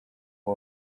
ngo